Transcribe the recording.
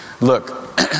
look